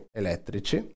elettrici